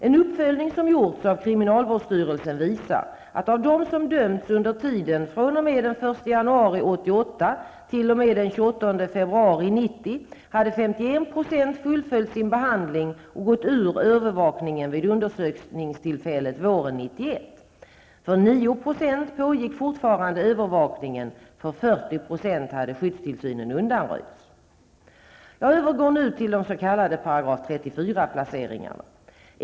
En uppföljning som gjorts av kriminalvårdsstyrelsen visar att av dem som dömdes under tiden fr.o.m. den 1 januari 1988 Jag övergår nu till de s.k. § 34-placeringarna.